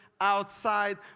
Outside